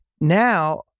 Now